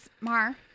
Mar